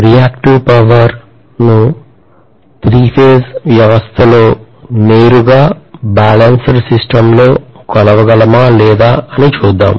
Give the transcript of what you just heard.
reactive power ని 3 phase వ్యవస్థలో నేరుగా బ్యాలన్సుడ్ సిస్టం లో కొలవగలమా అని చూద్దాం